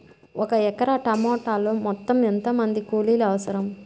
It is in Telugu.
ఒక ఎకరా టమాటలో మొత్తం ఎంత మంది కూలీలు అవసరం?